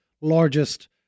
largest